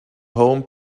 home